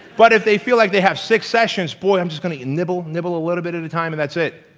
but if they feel like they have six sessions, boy i'm just gonna nibble, nibble a little bit at a time. and that's it.